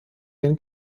den